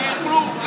שיוכלו,